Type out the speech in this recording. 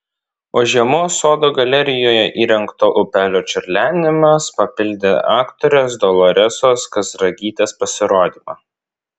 o žiemos sodo galerijoje įrengto upelio čiurlenimas papildė aktorės doloresos kazragytės pasirodymą